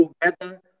together